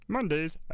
Mondays